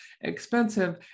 expensive